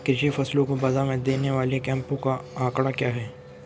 कृषि फसलों को बाज़ार में देने वाले कैंपों का आंकड़ा क्या है?